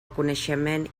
coneixement